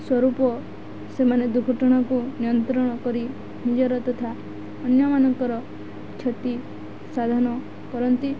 ସ୍ୱରୂପ ସେମାନେ ଦୁର୍ଘୁଟଣାକୁ ନିୟନ୍ତ୍ରଣ କରି ନିଜର ତଥା ଅନ୍ୟମାନଙ୍କର କ୍ଷତି ସାଧନ କରନ୍ତି